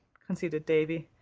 conceded davy.